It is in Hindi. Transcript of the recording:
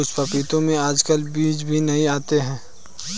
कुछ पपीतों में आजकल बीज भी नहीं आते हैं